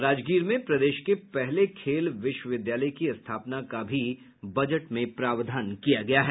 राजगीर में प्रदेश के पहले खेल विश्वविद्यालय की स्थापना का भी बजट में प्रावधान किया गया है